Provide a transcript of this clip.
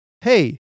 hey